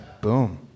Boom